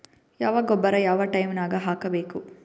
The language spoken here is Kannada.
ಯಾವ ಗೊಬ್ಬರ ಯಾವ ಟೈಮ್ ನಾಗ ಹಾಕಬೇಕು?